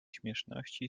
śmieszności